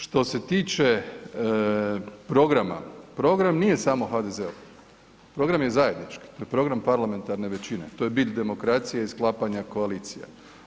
Što se tiče programa, program nije samo HDZ-ov, program je zajednički, to je program parlamentarne većine, to je bit i demokracije i sklapanja koalicije.